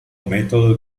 metodo